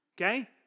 okay